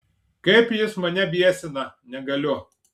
kaip jis mane biesina negaliu